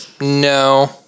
No